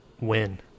win